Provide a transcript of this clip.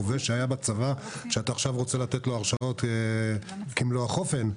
אדם שהיה חובש בצבא שאתה עכשיו רוצה לתת לו הרשאות כמלוא החופן.